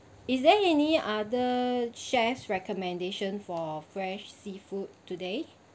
is there any other chef's recommendation for fresh seafood today